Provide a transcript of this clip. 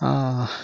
ಹಾಂ